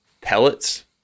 pellets